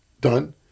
done